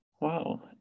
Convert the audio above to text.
Wow